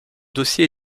dossier